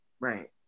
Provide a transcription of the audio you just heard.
Right